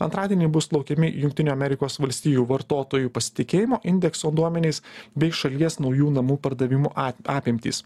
antradienį bus laukiami jungtinių amerikos valstijų vartotojų pasitikėjimo indekso duomenys bei šalies naujų namų pardavimų a apimtys